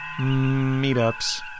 meetups